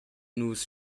nus